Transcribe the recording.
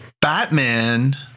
Batman